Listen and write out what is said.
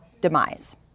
demise